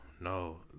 No